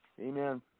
Amen